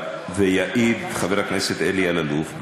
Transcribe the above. ויעיד חבר הכנסת אלי אלאלוף,